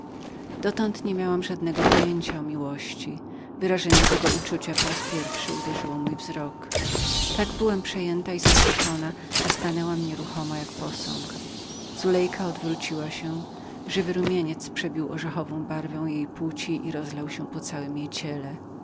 dotąd niemiałam żadnego pojęcia o miłości wyrażenie tego uczucia po raz pierwszy uderzyło mój wzrok tak byłam przejęta podziwieniem że stanęłam niewzruszona jak posąg zulejka odwróciła się żywy rumieniec przebił orzechową barwę jej płci i rozlał się po całem jej ciele